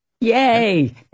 Yay